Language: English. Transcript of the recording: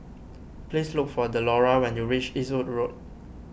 please look for Delora when you reach Eastwood Road